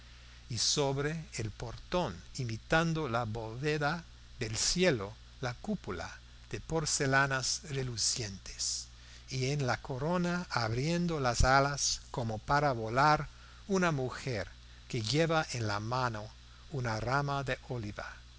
y sobre el portón imitando la bóveda del cielo la cúpula de porcelanas relucientes y en la corona abriendo las alas como para volar una mujer que lleva en la mano una rama de oliva